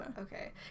Okay